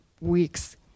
weeks